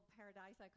paradise